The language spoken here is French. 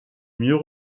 mieux